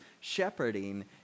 shepherding